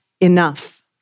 enough